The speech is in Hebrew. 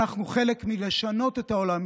אנחנו חלק מלשנות את העולם,